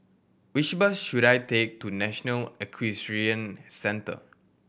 which bus should I take to National Equestrian Centre